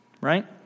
right